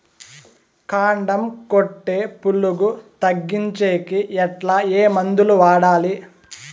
కాండం కొట్టే పులుగు తగ్గించేకి ఎట్లా? ఏ మందులు వాడాలి?